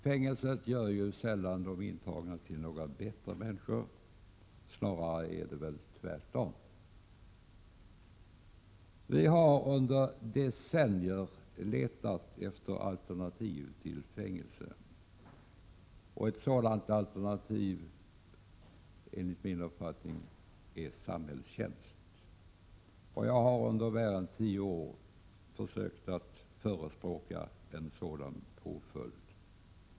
De intagna blir ju sällan bättre människor av att sitta i fängelse, snarare tvärtom. Vi har under decennier letat efter ett alternativ till fängelserna. Enligt min uppfattning är samhällstjänst ett alterntiv. Under mer än tio år har jag förespråkat en sådan påföljd.